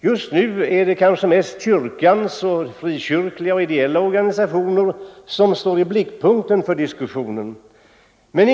Just nu är det kanske mest kyrkan och frikyrkliga och ideella organisationer som står i blickpunkten för diskussionen.